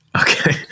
Okay